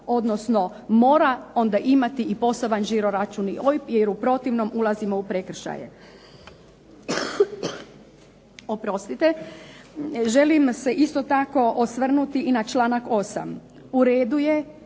odnosno mora onda i imati poseban žiro račun i OIB jer u protivnom ulazimo u prekršaje. Želim se isto tako osvrnuti i na članak 8. U redu je